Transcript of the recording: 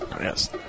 Yes